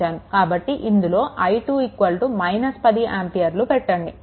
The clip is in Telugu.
కాబట్టి ఇందులో i2 10 ఆంపియర్లు పెట్టండి